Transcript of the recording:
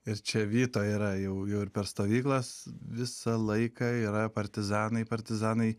ir čia vyto yra jau jau ir per stovyklas visą laiką yra partizanai partizanai